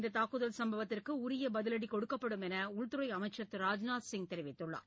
இந்த தாக்குதல் சம்பவத்திற்கு உரிய பதிவடி கொடுக்கப்படும் என்று உள்துறை அமைச்சர் திரு ராஜ்நாத் சிங் தெரிவித்துள்ளார்